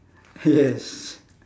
yes